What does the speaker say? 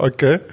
Okay